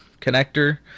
connector